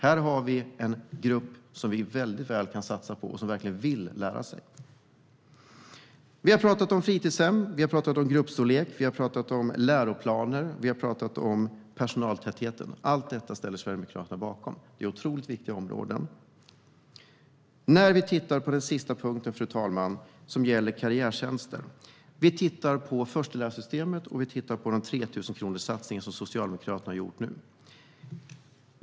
Här finns en grupp som vi mycket väl kan satsa på och som verkligen vill lära sig. Vi har pratat om fritidshem, gruppstorlek, läroplaner och personaltäthet. Allt detta ställer sig Sverigedemokraterna bakom. Det är otroligt viktiga områden. Fru talman! Den sista punkten gäller karriärtjänster. Vi har tittat på förstelärarsystemet och 3 000-kronorssatsningen som Socialdemokraterna har gjort.